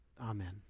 Amen